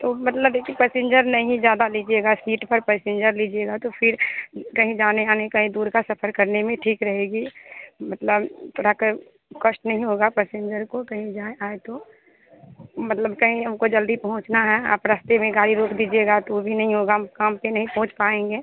तो मतलब ए कि पैसेंजर नहीं ज़्यादा लीजिएगा सीट पर पैसेंजर लीजिएगा तो फिर कहीं जाने आने कहीं दूर का सफर करने में ठीक रहेगी मतलब थोड़ा कष्ट नहीं होगा पैसेंजर को कहीं जाएँ आए तो मतलब कहीं हमको जल्दी पहुँचना है आप रास्ते में गाड़ी रोक दीजिएगा तो भी नहीं होगा हम काम पर नहीं पहुँच पाएँगे